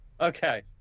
Okay